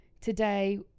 today